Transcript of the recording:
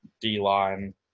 D-line